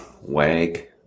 Wag